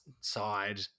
side